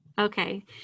Okay